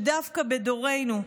דווקא בדורנו,